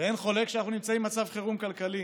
ואין חולק שאנחנו נמצאים במצב חירום כלכלי,